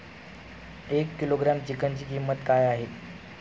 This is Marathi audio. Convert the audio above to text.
एक किलोग्रॅम चिकनची किंमत काय आहे?